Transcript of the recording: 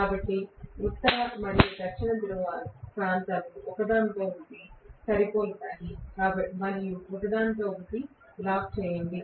కాబట్టి ఉత్తర మరియు దక్షిణ ప్రాంతాలు ఒకదానితో ఒకటి సరిపోలుతాయి మరియు ఒకదానితో ఒకటి లాక్ చేయండి